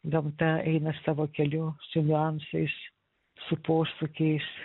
gamta eina savo keliu su niuansais su posūkiais